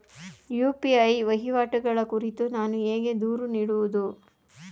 UPI ವಹಿವಾಟುಗಳ ಕುರಿತು ನಾನು ಹೇಗೆ ದೂರು ನೀಡುವುದು?